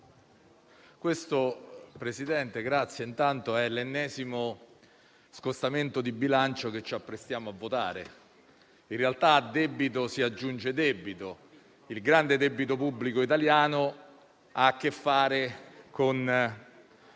quello in esame è l'ennesimo scostamento di bilancio che ci apprestiamo a votare, ma in realtà a debito si aggiunge debito. Il grande debito pubblico italiano ha che fare con